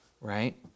right